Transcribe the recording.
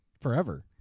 forever